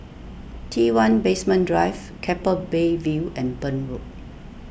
T one Basement Drive Keppel Bay View and Burn Road